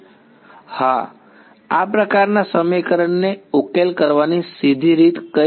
હા આ પ્રકારના સમીકરણને ઉકેલવાની સીધી રીત કઈ છે